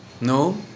No